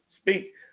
speak